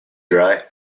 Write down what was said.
dry